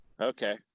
Okay